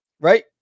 Right